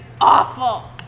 awful